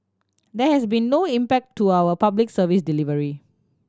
there has been no impact to our Public Service delivery